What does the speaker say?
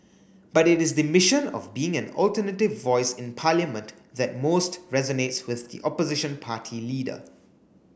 but it is the mission of being an alternative voice in Parliament that most resonates with the opposition party leader